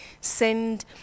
send